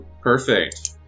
Perfect